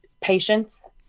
patience